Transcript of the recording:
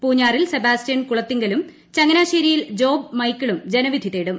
പൂഞ്ഞാറിൽ സെബാസ്റ്റ്യൻ കുളത്തിങ്കലും ചങ്ങനാശേരിയിൽ ജോബ് മൈക്കിളും ജനവിധി തേടും